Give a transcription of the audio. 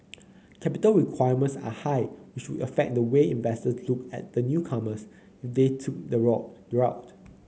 capital requirements are high which would affect the way investors looked at the newcomers if they took the route